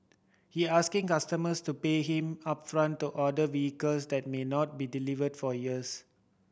he asking customers to pay him upfront to order vehicles that may not be delivered for years